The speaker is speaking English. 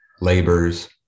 labors